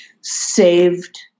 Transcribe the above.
saved